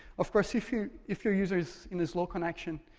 of course, if your if your user is in a slow connection,